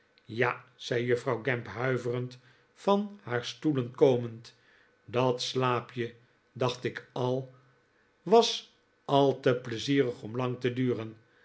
ja zei juffrouw gamp huiverend van haar stoelen komend dat slaapje dacht ik al was al te pleizierig om lang te duren